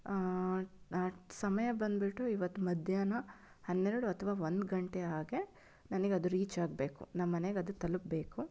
ಸಮಯ ಬಂದುಬಿಟ್ಟು ಇವತ್ತು ಮಧ್ಯಾಹ್ನ ಹನ್ನೆರಡು ಅಥವಾ ಒಂದು ಗಂಟೆ ಹಾಗೆ ನನಗದು ರೀಚಾಗಬೇಕು ನಮ್ಮನೆಗದು ತಲುಪಬೇಕು